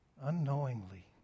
unknowingly